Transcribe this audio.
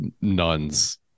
nuns